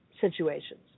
situations